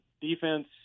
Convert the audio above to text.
defense